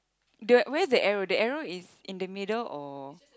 the where the arrow the arrow is in the middle or